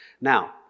Now